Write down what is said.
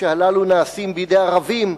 כשהללו נעשים בידי ערבים,